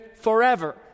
forever